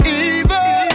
evil